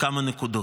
בכמה נקודות.